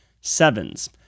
Sevens